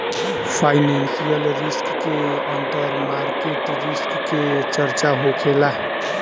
financial risk के अंदर market risk के चर्चा होखेला